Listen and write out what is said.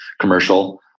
commercial